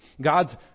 God's